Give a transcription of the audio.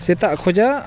ᱥᱮᱛᱟᱜ ᱠᱷᱚᱱᱟᱜ